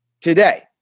today